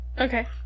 okay